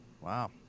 Wow